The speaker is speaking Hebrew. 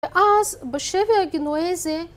ואז בשבי הגנואזי